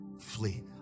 flee